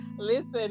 listen